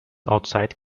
outside